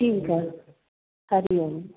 ठीकु आहे हरिओम